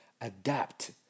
adapt